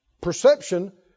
perception